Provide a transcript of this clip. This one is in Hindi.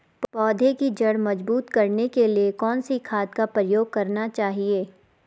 पौधें की जड़ मजबूत करने के लिए कौन सी खाद का प्रयोग करना चाहिए?